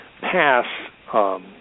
pass